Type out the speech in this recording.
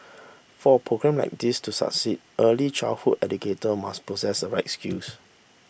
for programme like these to succeed early childhood educator must possess a right skills